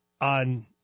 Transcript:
on